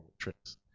tricks